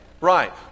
right